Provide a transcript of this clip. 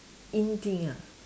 in thing ah